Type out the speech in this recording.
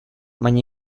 baina